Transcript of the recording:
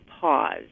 pause